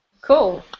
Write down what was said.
Cool